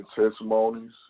testimonies